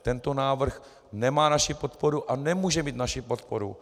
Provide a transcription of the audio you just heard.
Tento návrh nemá naši podporu a nemůže mít naši podporu.